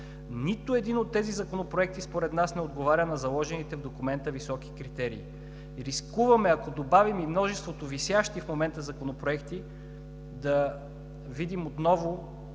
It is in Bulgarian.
Нито един от тези законопроекти според нас не отговаря на заложените в документа високи критерии. Рискуваме, ако добавим и множеството висящи в момента законопроекти, да видим отново